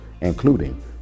including